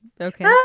okay